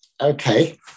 Okay